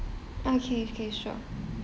okay okay sure